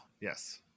Yes